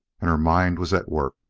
and her mind was at work.